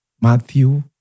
Matthew